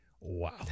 wow